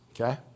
okay